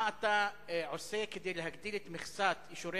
מה אתה עושה כדי להגדיל את מכסת אישורי